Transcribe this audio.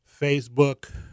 Facebook